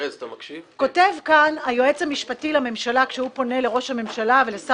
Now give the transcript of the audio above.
כותב כאן היועץ המשפטי לממשלה כשהוא פונה לראש הממשלה ולשר